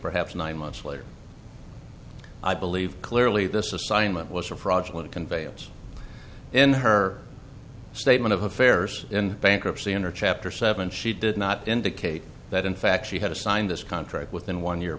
perhaps nine months later i believe clearly this assignment was a fraudulent conveyance in her statement of affairs in bankruptcy under chapter seven she did not indicate that in fact she had to sign this contract within one year